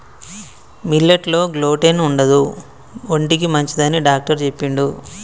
millet లో gluten ఉండదు ఒంటికి మంచిదని డాక్టర్ చెప్పిండు